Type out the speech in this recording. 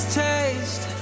taste